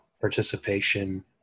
participation